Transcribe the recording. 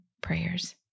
prayers